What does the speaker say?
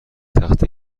تخت